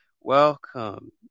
Welcome